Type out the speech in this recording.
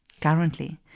Currently